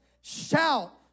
Shout